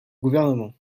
gouvernement